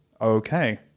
Okay